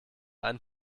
einen